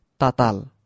Tatal